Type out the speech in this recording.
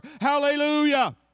Hallelujah